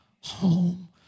home